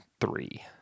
three